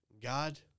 God